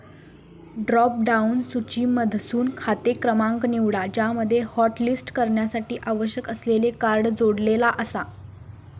drop down सूचीमधसून खाते क्रमांक निवडा ज्यामध्ये हॉटलिस्ट करण्यासाठी आवश्यक असलेले कार्ड जोडलेला आसा